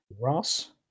Ross